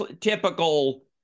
typical